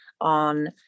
on